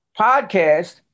podcast